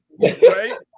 right